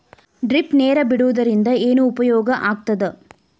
Drip ನೇರ್ ಬಿಡುವುದರಿಂದ ಏನು ಉಪಯೋಗ ಆಗ್ತದ?